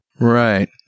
Right